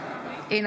אינה